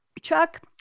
Chuck